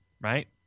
right